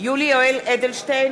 יולי יואל אדלשטיין,